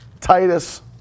Titus